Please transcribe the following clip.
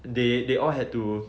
they they all had to